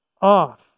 off